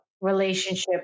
relationship